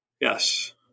Yes